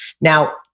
Now